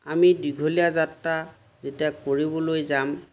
আমি দীঘলীয়া যাত্ৰা যেতিয়া কৰিবলৈ যাম